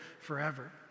forever